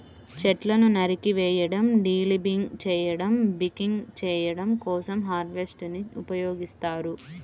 చెట్లను నరికివేయడం, డీలింబింగ్ చేయడం, బకింగ్ చేయడం కోసం హార్వెస్టర్ ని ఉపయోగిస్తారు